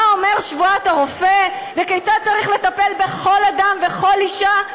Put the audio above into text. מה אומרת שבועת הרופא וכיצד צריך לטפל בכל אדם וכל אישה,